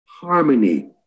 harmony